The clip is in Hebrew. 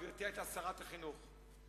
גברתי היתה שרת החינוך.